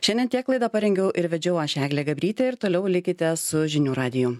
šiandien tiek laidą parengiau ir vedžiau aš eglė gabrytė ir toliau likite su žinių radiju